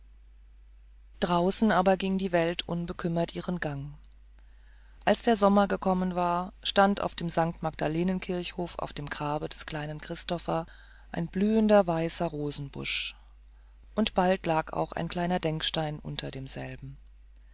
draußen aber ging die welt unbekümmert ihren gang als der sommer gekommen war stand auf dem st magdalenenkirchhof auf dem grab des kleinen christoph ein blühender weißer rosenbusch und bald lag auch ein kleiner denkstein unter demselben